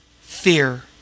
Fear